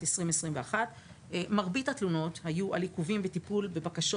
2021. מרבית התלונות היו על עיכובים בטיפול בבקשות